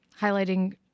highlighting